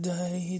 Day